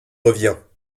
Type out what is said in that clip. reviens